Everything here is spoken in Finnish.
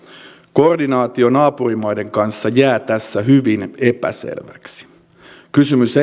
koordinaatio naapurimaiden kanssa jää tässä hyvin epäselväksi kysymys